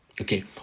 okay